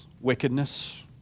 Wickedness